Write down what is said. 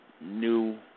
new